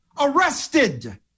arrested